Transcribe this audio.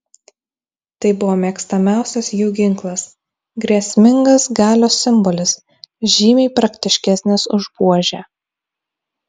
tai buvo mėgstamiausias jų ginklas grėsmingas galios simbolis žymiai praktiškesnis už buožę